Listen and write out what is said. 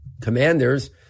commanders